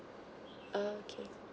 okay